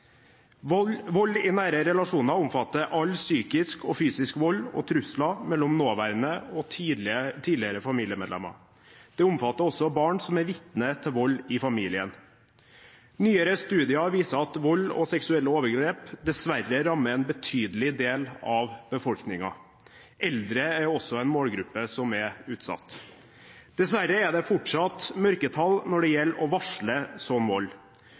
Vold i nære relasjoner omfatter all fysisk og psykisk vold og trusler mellom nåværende og tidligere familiemedlemmer. Det omfatter også barn som er vitne til vold i familien. Nyere studier viser at vold og seksuelle overgrep dessverre rammer en betydelig del av befolkningen. Eldre er også en målgruppe som er utsatt. Dessverre er det fortsatt mørketall når det gjelder å varsle slik vold.